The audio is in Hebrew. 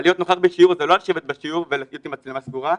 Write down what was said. אבל להיות נוכח בשיעור זה לא לשבת בשיעור עם מצלמה סגורה,